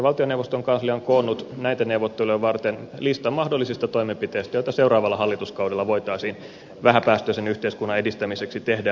valtioneuvoston kanslia on koonnut näitä neuvotteluja varten listan mahdollisista toimenpiteistä joita seuraavalla hallituskaudella voitaisiin vähäpäästöisen yhteiskunnan edistämiseksi tehdä